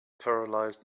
paralysed